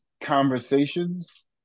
conversations